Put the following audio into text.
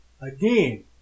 Again